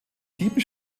sieben